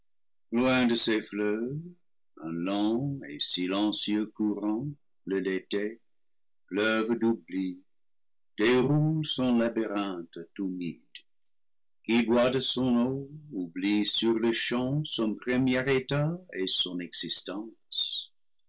un lent et silencieux courant le léthé fleuve d'oubli déroule son labyrinthe toumide qui boit de son eau oublie sur-le-champ son premier état et son existence